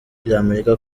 ry’amerika